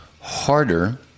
harder